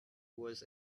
was